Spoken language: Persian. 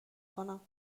کنم